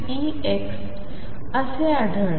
असे आढळते